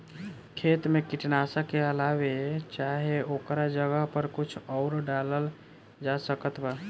खेत मे कीटनाशक के अलावे चाहे ओकरा जगह पर कुछ आउर डालल जा सकत बा?